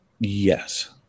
Yes